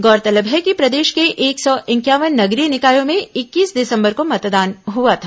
गौरतलब है कि प्रदेश के एक सौ इंक्यावन नगरीय निकायों में इक्कीस दिसंबर को मतदान हुआ था